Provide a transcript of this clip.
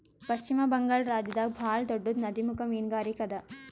ಪಶ್ಚಿಮ ಬಂಗಾಳ್ ರಾಜ್ಯದಾಗ್ ಭಾಳ್ ದೊಡ್ಡದ್ ನದಿಮುಖ ಮೀನ್ಗಾರಿಕೆ ಅದಾ